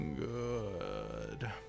Good